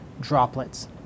droplets